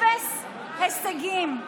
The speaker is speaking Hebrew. אפס הישגים,